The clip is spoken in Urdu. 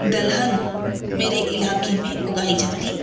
دلہن میرے علاقے میں اگائی جاتی